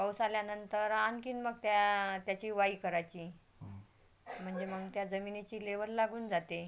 पाऊस आल्यानंतर आणखीन मग त्या त्याची वाई करायची म्हणजे मग त्या जमिनीची लेवल लागून जाते